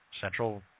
central